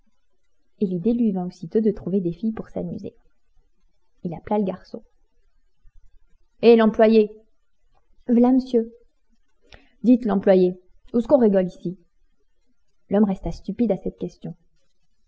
et l'idée lui vint aussitôt de trouver des filles pour s'amuser il appela le garçon hé l'employé voilà m'sieu dites l'employé ousqu'on rigole ici l'homme resta stupide à cette question